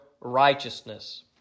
righteousness